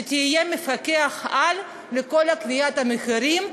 שתהיה מפקח-על לכל קביעת המחירים,